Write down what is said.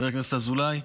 חבר הכנסת אזולאי?